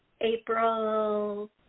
April